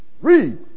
Read